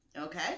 okay